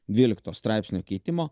dvylikto straipsnio keitimo